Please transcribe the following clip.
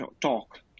talk